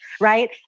right